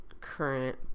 current